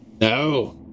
no